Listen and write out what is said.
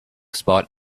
spot